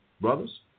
brothers